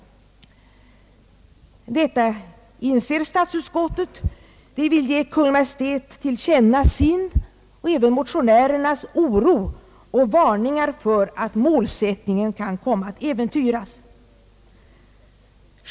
Detta inser statsutskottet. Det vill ge Kungl. Maj:t till känna sin och även motionärernas oro och varningar för att målsättningen kan komma att äventyras.